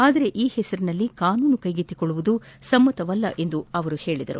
ಆದರೆ ಈ ಹೆಸರಿನಲ್ಲಿ ಕಾನೂನು ಕೈತ್ತಿಕೊಳ್ಳುವುದು ಸಮ್ಮತವಲ್ಲ ಎಂದು ಹೇಳಿದ್ದಾರೆ